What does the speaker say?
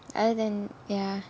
other than ya